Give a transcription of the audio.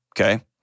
Okay